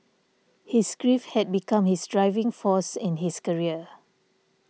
his grief had become his driving force in his career